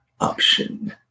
option